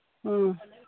ꯑꯥ